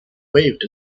waved